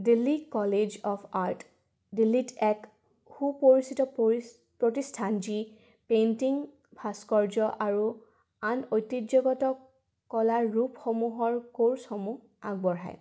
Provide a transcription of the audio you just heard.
Delhi college of art দিল্লীত এক সুপৰিচিত পৰি প্ৰতিষ্ঠান যি পেইণ্টিং ভাস্কৰ্য আৰু আন ঐতিহ্যগত কলা ৰূপসমূহৰ ক'ৰ্চসমূহ আগবঢ়ায়